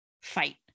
fight